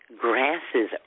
grasses